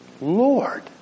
Lord